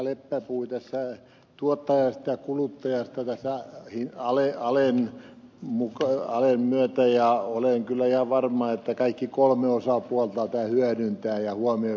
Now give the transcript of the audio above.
leppä puhui tuottajasta ja kuluttajasta tässä alen myötä ja olen kyllä ihan varma että kaikki kolme osapuolta tämän hyödyntävät ja huomioivat